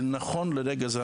ונכון לרגע זה,